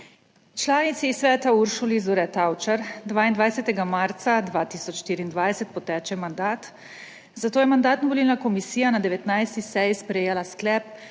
Članici sveta Uršuli Zore Tavčar 22. marca 2024 poteče mandat, zato je Mandatno-volilna komisija na 19. seji sprejela sklep,